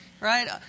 right